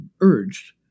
urged